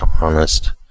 honest